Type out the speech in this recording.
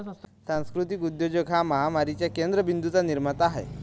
सांस्कृतिक उद्योजक हा महामारीच्या केंद्र बिंदूंचा निर्माता आहे